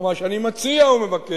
או מה שאני מציע ומבקש,